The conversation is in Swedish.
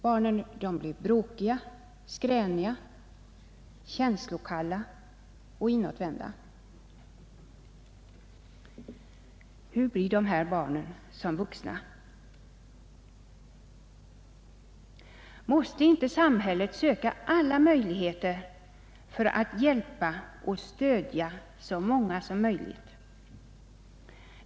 Barnen blir bråkiga, skräniga, känslokalla och inåtvända. Hur blir dessa barn som vuxna? Måste inte samhället söka alla möjligheter för att hjälpa och stödja så många som möjligt?